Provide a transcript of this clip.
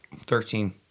Thirteen